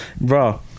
Bro